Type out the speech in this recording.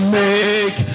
make